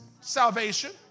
salvation